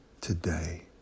Today